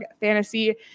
Fantasy